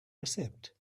receipt